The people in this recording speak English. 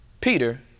Peter